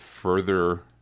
further